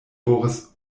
boris